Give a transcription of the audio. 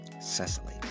Cecily